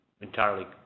entirely